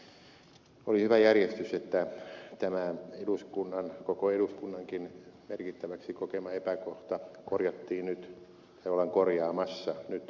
oli hyvä järjestys että tämä koko eduskunnankin merkittäväksi kokema epäkohta ollaan korjaamassa nyt lainmuutoksella